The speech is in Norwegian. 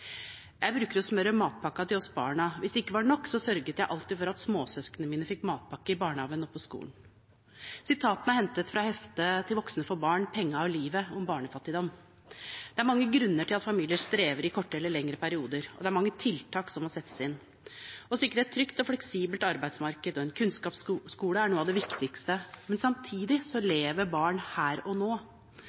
brukte å smøre matpakke til oss barna, hvis det ikke var nok sørget jeg alltid for at småsøsknene mine fikk mat med seg i barnehage eller på skole.» Sitatene er hentet fra organisasjonen Voksne for Barns hefte Penga og livet, om barnefattigdom. Det er mange grunner til at familier strever i kortere eller lengre perioder, og det er mange tiltak som må settes inn. Å sikre et trygt og fleksibelt arbeidsmarked og en kunnskapsskole er noe av det viktigste, men samtidig lever barn her og nå.